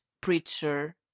preacher